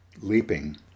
leaping